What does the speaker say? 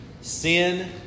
sin